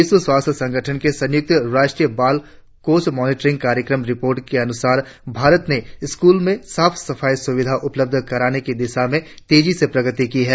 विश्व स्वास्थ्य संगठन के संयुक्त राष्ट्र बाल कोष मॉनिटरिंग कार्यक्रम रिपोर्ट के अनुसार भारत ने स्कूलों में साफ सफाई की सुविधाएं उपलब्ध कराने की दिशा में तेजी से प्रगति की है